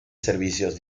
servicios